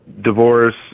divorce